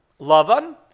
Lavan